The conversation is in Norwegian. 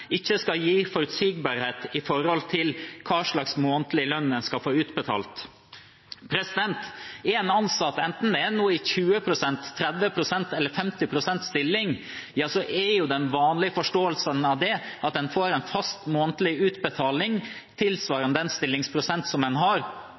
ikke skal gi forutsigbarhet for hva slags månedlig lønn en skal få utbetalt. Er en ansatt, enten det nå er i 20 pst.-, 30 pst.- eller 50 pst.-stilling, er jo den vanlige forståelsen av det at en får en fast månedlig utbetaling